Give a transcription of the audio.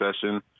session